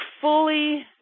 fully –